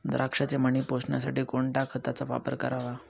द्राक्षाचे मणी पोसण्यासाठी कोणत्या खताचा वापर करावा?